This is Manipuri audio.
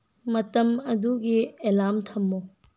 ꯃꯇꯝ ꯑꯗꯨꯒꯤ ꯑꯦꯂꯥꯝ ꯊꯝꯃꯨ